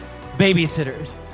Babysitters